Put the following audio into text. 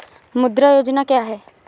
मुद्रा योजना क्या है?